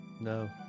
No